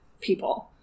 people